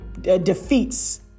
defeats